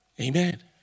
Amen